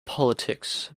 politics